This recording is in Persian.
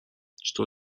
چطور